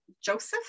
Joseph